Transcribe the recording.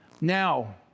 Now